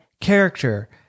character